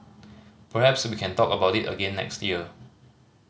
perhaps we can talk about it again next year